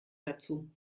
dazu